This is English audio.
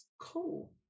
Cool